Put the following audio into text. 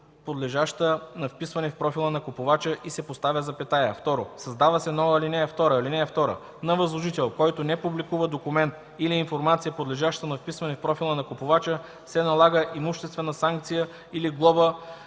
подлежаща на вписване в профила на купувача” и се поставя запетая. 2. Създава се нова ал. 2: „(2) На възложител, който не публикува документ или информация, подлежаща на вписване в профила на купувача, се налага имуществена санкция или глоба